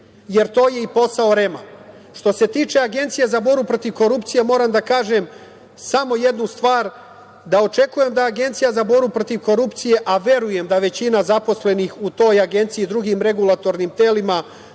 Jer, to je i posao REM-a. Što se tiče Agencije za borbu protiv korupcije, moram da kažem samo jednu stvari – da očekujem da Agencija za borbu protiv korupcije, a verujem da većina zaposlenih u toj agenciji i drugim regulatornim telima